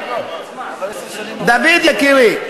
דוד יקירי,